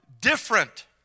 different